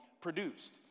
produced